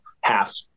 Half